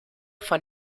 von